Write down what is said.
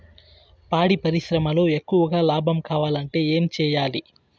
పాడి పరిశ్రమలో ఎక్కువగా లాభం కావాలంటే ఏం చేయాలి?